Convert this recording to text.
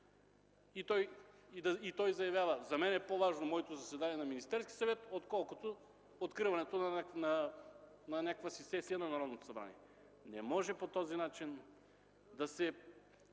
Той заявява: „За мен е по-важно моето заседание на Министерския съвет, отколкото откриването на някаква си сесия на Народното събрание”. Не може по този начин да се